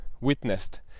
witnessed